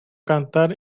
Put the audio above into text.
cantar